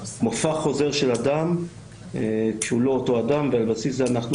מופע חוזר של אדם כשהוא לא אותו אדם ועל הבסיס הזה אנחנו